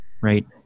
right